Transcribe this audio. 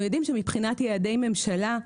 אנחנו יודעים שמבחינת יעדי ממשלה,